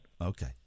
Okay